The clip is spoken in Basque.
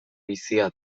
bizia